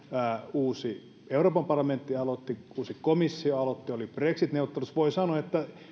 uusi euroopan parlamentti aloitti uusi komissio aloitti oli brexit neuvottelut voi sanoa että